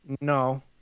no